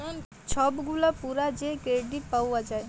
ছব গুলা পুরা যে কেরডিট পাউয়া যায়